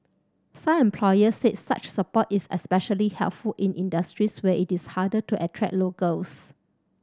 some employers said such support is especially helpful in industries where it is harder to attract locals